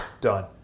done